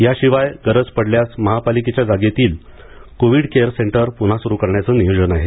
या शिवाय गरज पडल्यास महापालिकेच्या जागेतील कोविड केअर सेंटर पुन्हा सुरू करण्याचं नियोजन आहे